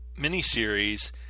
miniseries